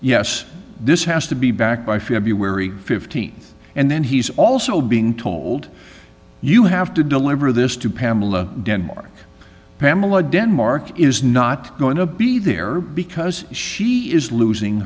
yes this has to be back by february th and then he's also being told you have to deliver this to pamela denmark pamela denmark is not going to be there because she is losing